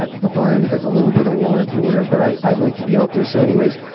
but the barn has a little bit of warmth or whatever, but i i like to be out there. so anyways,